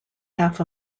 half